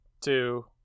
two